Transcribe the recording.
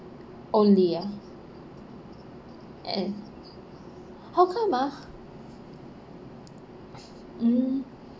only ah and how come ah mm